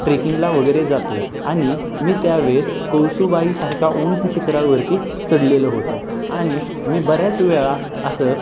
ट्रेकिंगला वगैरे जातो आणि मी त्या वेळेस कळसूबाईसारख्या ऊंच शिखरावरती चढलेलो होतो आणि मी बऱ्याच वेळा असं